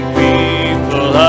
people